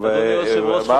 אדוני היושב-ראש,